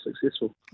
successful